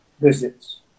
visits